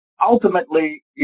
ultimately